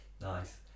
nice